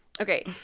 Okay